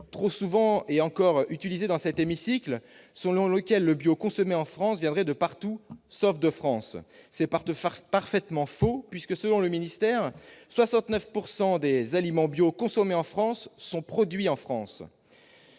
trop souvent utilisé dans cet hémicycle, selon lequel le bio consommé en France viendrait de partout, sauf de France ! C'est parfaitement faux : selon le ministère, 69 % des aliments bio consommés en France sont produits en France.